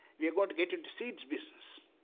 they're going to get into seeds business.